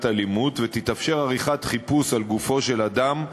אלימות ותתאפשר עריכת חיפוש על גופו של אדם,